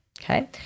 Okay